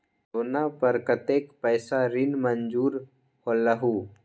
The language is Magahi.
सोना पर कतेक पैसा ऋण मंजूर होलहु?